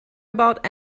about